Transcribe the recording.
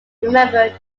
remembered